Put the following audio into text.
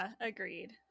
Agreed